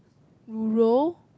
rural